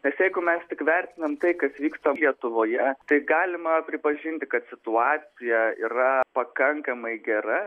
nes jeigu mes tik vertinam tai kas vyksta lietuvoje tai galima pripažinti kad situacija yra pakankamai gera